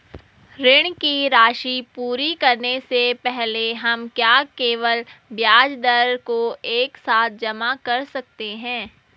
ऋण की राशि पूरी करने से पहले हम क्या केवल ब्याज दर को एक साथ जमा कर सकते हैं?